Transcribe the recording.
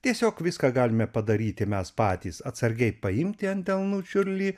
tiesiog viską galime padaryti mes patys atsargiai paimti ant delnų čiurlį